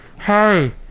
Hey